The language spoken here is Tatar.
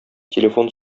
телефон